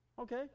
Okay